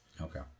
Okay